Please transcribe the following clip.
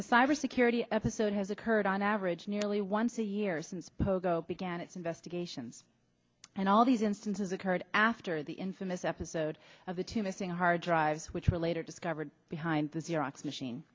the cyber security episode has occurred on average nearly once a year since pogo began its investigations and all these instances occurred after the infamous episode of the two missing hard drives which were later discovered behind th